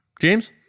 James